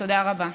תודה רבה.